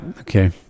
okay